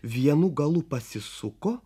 vienu galu pasisuko